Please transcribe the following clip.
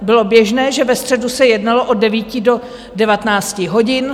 Bylo běžné, že ve středu se jednalo od 9 do 19 hodin.